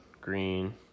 green